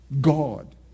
God